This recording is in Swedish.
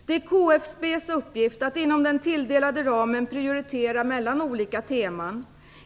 Det är KFB:s uppgift att inom den tilldelade ramen prioritera mellan olika teman.